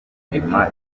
nyuma